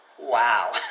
Wow